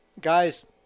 guys